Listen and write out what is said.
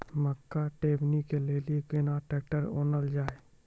मक्का टेबनी के लेली केना ट्रैक्टर ओनल जाय?